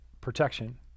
protection